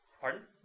Pardon